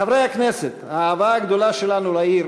חברי הכנסת, האהבה הגדולה שלנו לעיר,